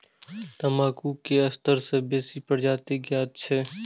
तंबाकू के सत्तर सं बेसी प्रजाति ज्ञात छै